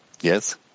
Yes